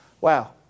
Wow